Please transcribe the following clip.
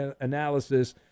analysis